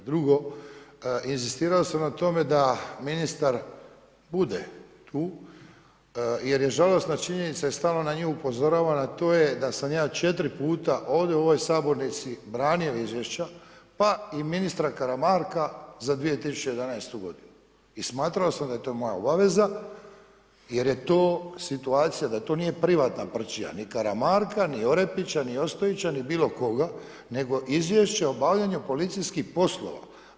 Drugo, inzistirao sam na tome da ministar bude tu jer je žalosna činjenica i stalno na nju upozoravam, a to je da sam ja četiri puta ovdje u ovoj sabornici branio izvješća pa i ministra Karamarka za 2011. godinu i smatrao sam da je to moja obaveza jer je to situacija, da to nije privatna prčija ni Karamarka, ni Orepića, ni Ostojića, ni bilo koga, nego Izvješće o obavljanju policijskih poslova.